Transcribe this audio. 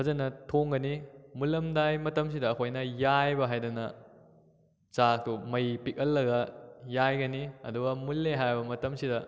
ꯐꯖꯅ ꯊꯣꯡꯒꯅꯤ ꯃꯨꯜꯂꯝꯗꯥꯏ ꯃꯇꯝꯁꯤꯗ ꯑꯩꯈꯣꯏꯅ ꯌꯥꯏꯕ ꯍꯥꯏꯗꯅꯗ ꯆꯥꯛꯇꯨ ꯃꯩ ꯄꯤꯛꯂꯜꯂꯒ ꯌꯥꯏꯒꯅꯤ ꯑꯗꯨꯒ ꯃꯨꯜꯂꯦ ꯍꯥꯏꯕ ꯃꯇꯝꯁꯤꯗ